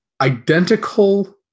identical